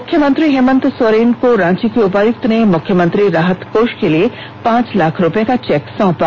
मुख्यमंत्री हेमन्त सोरेन को रांची के उपायुक्त ने मुख्यमंत्री राहत कोष के लिए पांच लाख रुपए का चेक सौंपा